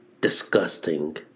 disgusting